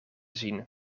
zien